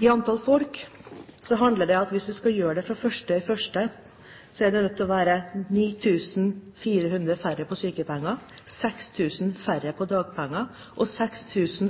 I antall folk handler det om at hvis vi skal gjøre dette fra 1. januar, er det nødt til å være 9 400 færre på sykepenger, 6 000 færre på